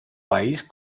país